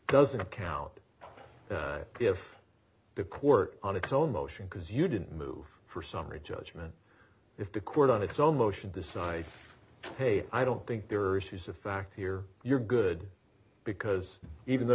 doesn't count if the court on its own motion because you didn't move for summary judgment if the court on its own motion decides hey i don't think there are issues of fact here you're good because even though